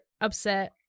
upset